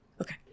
Okay